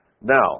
Now